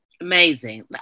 Amazing